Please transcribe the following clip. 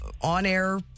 on-air